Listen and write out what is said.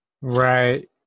Right